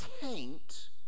taint